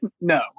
No